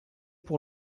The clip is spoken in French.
pour